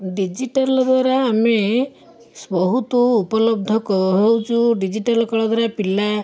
digital ଦ୍ୱାରା ଆମେ ବହୁତ ଉପଲବ୍ଧ ହେଉଛୁ ଡିଜିଟାଲ କଳା ଦ୍ୱାରା ପିଲା